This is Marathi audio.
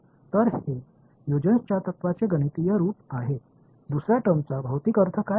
तर हे ह्युजेनच्या तत्त्वाचे गणितीय रूप आहे दुसर्या टर्मचा भौतिक अर्थ काय आहे